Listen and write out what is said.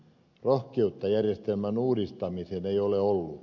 rohkeutta järjestelmän uudistamiseen ei ole ollut